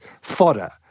fodder